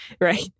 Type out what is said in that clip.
Right